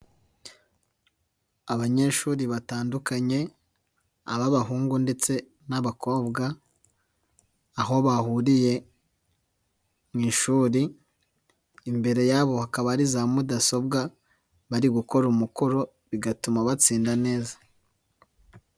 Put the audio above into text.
Abanyeshuri batandukanye, ababahungu ndetse n'abakobwa, aho bahuriye, mu ishuri, imbere yabo hakaba ari za mudasobwa, bari gukora umukoro bigatuma batsinda neza.